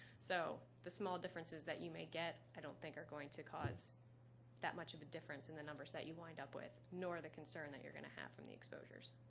so the small differences that you may get i don't think are going to cause that much of a difference in the numbers that you wind up with, nor the concern that you're going to have from the exposures.